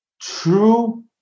True